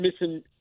missing